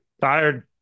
tired